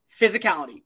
physicality